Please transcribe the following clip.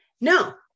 No